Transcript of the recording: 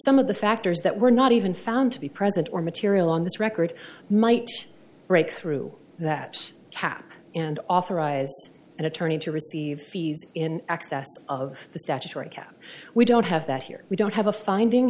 some of the factors that were not even found to be present or material on this record might break through that cap and authorize an attorney to receive fees in excess of the statutory cap we don't have that here we don't have a finding